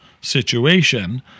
situation